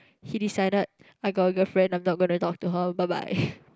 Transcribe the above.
he decided I got a girlfriend I'm not going to talk to her bye bye